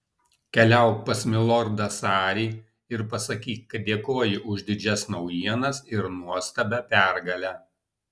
keliauk pas milordą sarį ir pasakyk kad dėkoju už didžias naujienas ir nuostabią pergalę